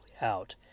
out